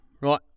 right